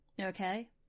Okay